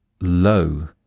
low